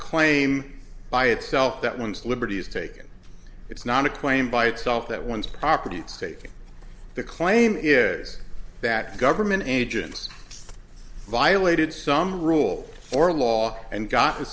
claim by itself that one's liberties taken it's not a claim by itself that one's property at stake the claim is that government agents violated some rule or law and got